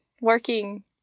working